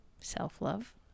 self-love